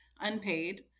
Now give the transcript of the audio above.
unpaid